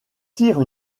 tire